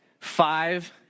Five